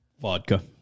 vodka